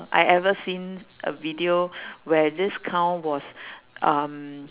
I ever seen a video where this cow was um